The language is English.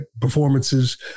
performances